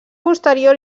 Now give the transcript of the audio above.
posterior